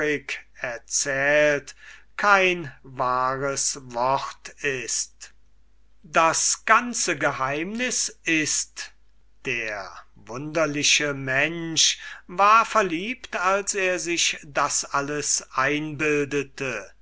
erzählt kein wahres wort ist das ganze geheimnis ist der wunderliche mensch war verliebt als er sich das alles einbildete